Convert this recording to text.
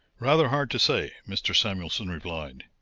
rather hard to say, mr. samuelson replied.